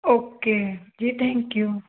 okay ji thank you